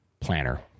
Planner